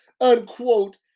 unquote